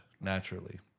naturally